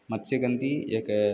मत्स्यगन्धिः एकः